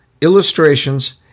illustrations